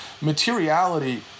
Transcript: materiality